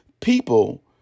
People